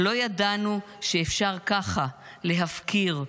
לא ידענו שאפשר ככה להפקיר.